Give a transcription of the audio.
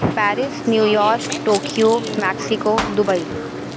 Paris New York Tokyo Mexico Dubai